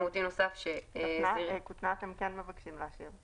כותנה אתם כן מבקשים להשאיר.